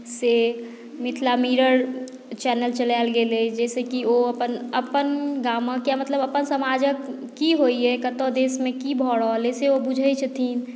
से Mithila Mirror channel चलायल गेल अछि जाहिसँ कि ओ अपन अपन गामक या मतलब अपन समाजक की होइए कतय देशमे की भऽ रहल अइ से ओ बुझैत छथिन